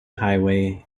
highway